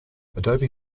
adobe